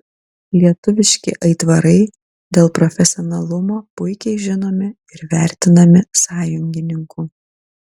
lietuviški aitvarai dėl profesionalumo puikiai žinomi ir vertinami sąjungininkų